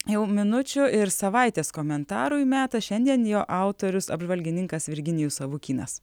jau minučių ir savaitės komentarui metas šiandien jo autorius apžvalgininkas virginijus savukynas